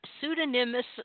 pseudonymous